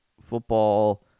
football